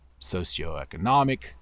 socioeconomic